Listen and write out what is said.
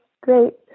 great